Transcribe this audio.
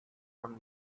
from